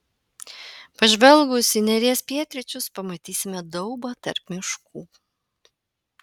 pažvelgus į neries pietryčius pamatysime daubą tarp miškų